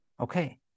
Okay